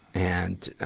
and, ah,